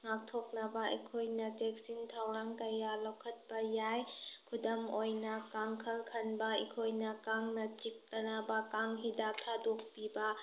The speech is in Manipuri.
ꯉꯥꯛꯊꯣꯛꯅꯕ ꯑꯩꯈꯣꯏꯅ ꯆꯦꯛꯁꯤꯟ ꯊꯧꯔꯥꯡ ꯀꯌꯥ ꯂꯧꯈꯠꯄ ꯌꯥꯏ ꯈꯨꯗꯝ ꯑꯣꯏꯅ ꯀꯥꯡꯈꯜ ꯈꯟꯕ ꯑꯩꯈꯣꯏꯅ ꯀꯥꯡꯅ ꯆꯤꯛꯇꯅꯕ ꯀꯥꯡ ꯍꯤꯗꯥꯛ ꯊꯥꯗꯣꯛꯄꯤꯕ